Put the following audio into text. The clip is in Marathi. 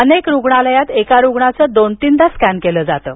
अनेक रुग्णालयात एका रुग्णाचं दोन तीनदा स्कॅन केलं जातं